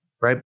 right